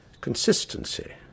Consistency